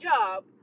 job